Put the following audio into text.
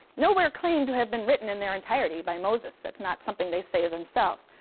nowhere claim to have been written in their entirety by moses. that's not something they say themselves.